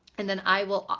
and then i will. ah